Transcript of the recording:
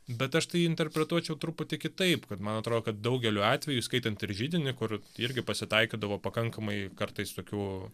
bet aš tai interpretuočiau truputį kitaip kad man atrodo kad daugeliu atvejų įskaitant ir židinį kur irgi pasitaikydavo pakankamai kartais tokių